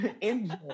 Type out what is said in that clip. Enjoy